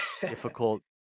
difficult